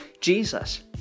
Jesus